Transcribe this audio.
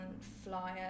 flyer